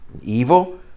evil